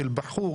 של בחור,